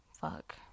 Fuck